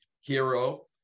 hero